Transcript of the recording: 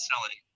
selling